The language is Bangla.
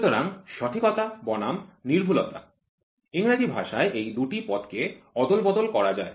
সুতরাং সঠিকতা বনাম সূক্ষ্মতা ইংরেজি ভাষায় এই ২টি পদকে অদল বদল করা যায়